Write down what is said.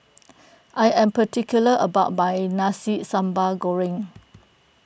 I am particular about my Nasi Sambal Goreng